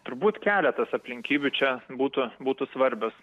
turbūt keletas aplinkybių čia būtų būtų svarbios